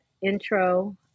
intro